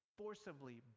forcibly